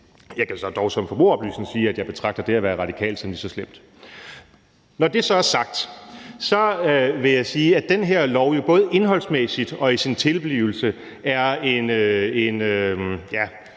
Jeg kan så dog som forbrugeroplysning sige, at jeg betragter det at være radikal som lige så slemt. Når det så er sagt, vil jeg sige, at den her lov jo både indholdsmæssigt og i sin tilblivelse – hm,